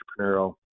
entrepreneurial